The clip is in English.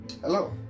Hello